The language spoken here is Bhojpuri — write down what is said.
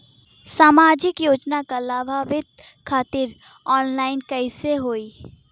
सामाजिक योजना क लाभान्वित खातिर ऑनलाइन कईसे होई?